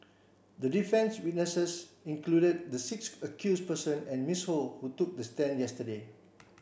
the defence's witnesses included the six accused persons and Miss Ho who took the stand yesterday